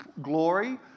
glory